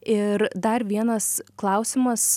ir dar vienas klausimas